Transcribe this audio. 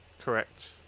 Correct